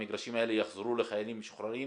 המגרשים האלה יחזרו לחיילים משוחררים,